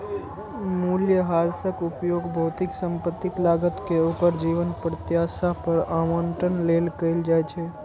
मूल्यह्रासक उपयोग भौतिक संपत्तिक लागत कें ओकर जीवन प्रत्याशा पर आवंटन लेल कैल जाइ छै